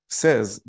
says